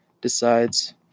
decides